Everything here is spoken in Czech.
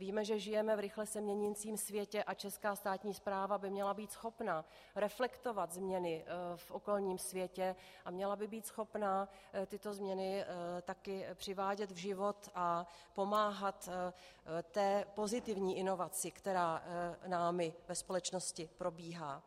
Víme, že žijeme v rychle se měnícím světě, a česká státní správa by měla být schopna reflektovat změny v okolním světě a měla by být schopná tyto změny také přivádět v život a pomáhat pozitivní inovaci, která námi ve společnosti probíhá.